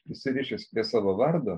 prisirišęs prie savo vardo